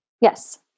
Yes